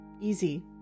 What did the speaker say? easy